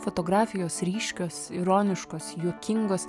fotografijos ryškios ironiškos juokingos